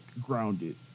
grounded